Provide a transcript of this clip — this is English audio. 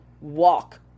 walk